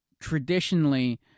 traditionally